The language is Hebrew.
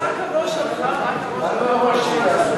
רק הראש שלך, רק הראש שלך,